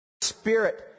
Spirit